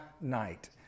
night